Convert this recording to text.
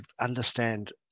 understand